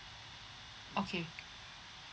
okay